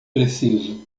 preciso